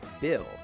Bill